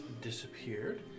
disappeared